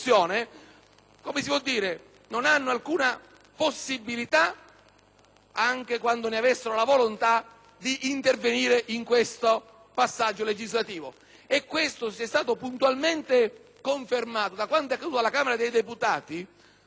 anche qualora ne avessero la volontà, di intervenire in questo passaggio legislativo. Tutto ciò ci è stato puntualmente confermato da quanto è accaduto alla Camera dei deputati, dove il nostro manipolo di volenterosi